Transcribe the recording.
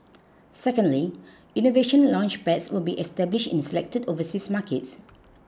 secondly Innovation Launchpads will be established in selected overseas markets